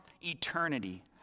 eternity